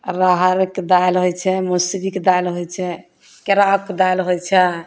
राहरिक दालि होइ छै मौसरिक दालि होइ छै केराउके दालि होइ छै